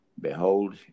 behold